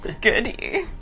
Goody